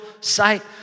sight